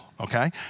okay